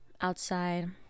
Outside